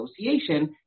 association